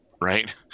right